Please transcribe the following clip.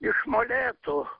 iš molėtų